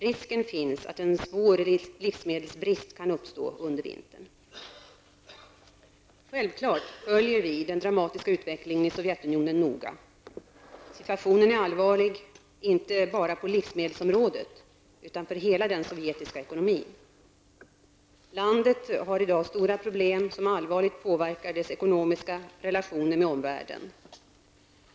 Risken finns att en svår livsmedelsbrist kan uppstå under vintern. Självklart följer vi den dramatiska utvecklingen i Sovjetunionen noga. Situationen är allvarlig, inte bara på livsmedelsområdet utan för hela den sovjetiska ekonomin. Landet har i dag stora problem som allvarligt påverkar dess ekonomiska relationer med omvärlden.